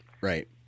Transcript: Right